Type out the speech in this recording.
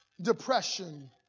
depression